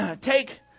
take